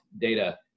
data